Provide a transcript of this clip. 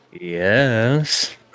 yes